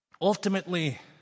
ultimately